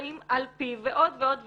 המוצעים על פיו ועוד ועוד ועוד.